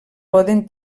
poden